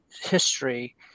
history